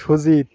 Sujit